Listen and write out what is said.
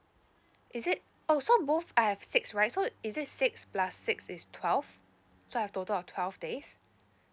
is it oh so both I have six right so is it six plus six is twelve so I have total of twelve days